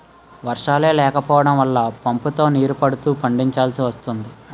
వర్షాలే లేకపోడం వల్ల పంపుతో నీరు పడుతూ పండిచాల్సి వస్తోంది